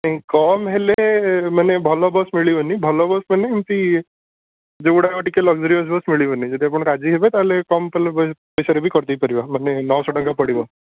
ନାଇଁ କମ ହେଲେ ମାନେ ଭଲ ବସ୍ ମିଳିବନି ଭଲ ବସ୍ ମାନେ ଏମିତି ଯେଉଁ ଗୁଡ଼ିକ ଟିକେ ଲକ୍ଜରିୟସ୍ ବସ୍ ମିଳିବନି ଯଦି ଆପଣ ରାଜି ହେବେ ତା'ହେଲେ କମ ବାଲା ପଇସାର କରିଦେଇ ପାରିବା ମାନେ ନଅଶହ ଟଙ୍କା ପଡ଼ିବ